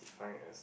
strength is